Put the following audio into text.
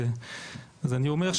אז אני אומר,